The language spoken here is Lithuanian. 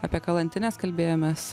apie kalantines kalbėjomės